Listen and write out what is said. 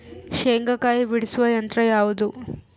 ಶೇಂಗಾಕಾಯಿ ಬಿಡಿಸುವ ಯಂತ್ರ ಯಾವುದು?